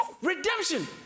Redemption